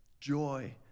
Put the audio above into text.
joy